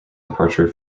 departure